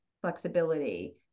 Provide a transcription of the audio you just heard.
flexibility